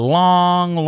long